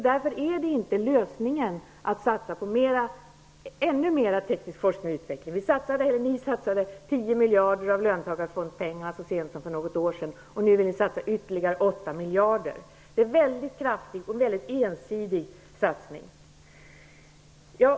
Därför är inte lösningen att satsa ännu mer på teknisk forskning och utveckling. Ni satsade 10 miljarder av löntagarfondspengarna så sent som för något år sedan, och nu vill ni satsa ytterligare 8 miljarder. Det är en väldigt kraftig och ensidig satsning.